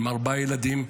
היא עם ארבעה ילדים,